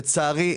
לצערי,